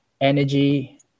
energy